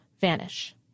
vanish